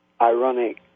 ironic